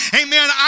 amen